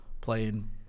playing